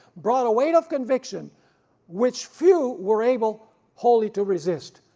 brought a weight of conviction which few were able wholly to resist.